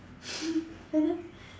and then